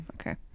Okay